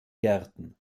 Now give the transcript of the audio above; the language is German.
gärten